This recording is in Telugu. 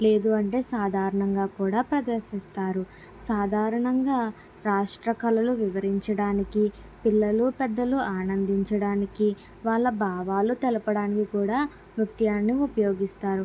లేదూ అంటే సాధారణంగా కూడా ప్రదర్శిస్తారు సాధారణంగా రాష్ట్ర కళలు వివరించడానికి పిల్లలూ పెద్దలు ఆనందించడానికి వాళ్ళ భావాలు తెలపడానికి కూడా నృత్యాన్ని ఉపయోగిస్తారు